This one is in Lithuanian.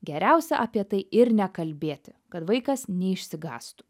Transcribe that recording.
geriausia apie tai ir nekalbėti kad vaikas neišsigąstų